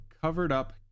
covered-up